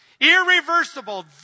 Irreversible